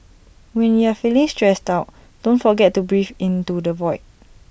when you are feeling stressed out don't forget to breathe into the void